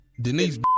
Denise